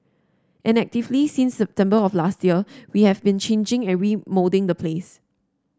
and actively since September of last year we have been changing and remoulding the place